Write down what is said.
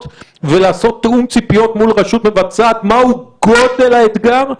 ולעשות תיאום ציפיות מול הרשות המבצעת מהו גודל האתגר,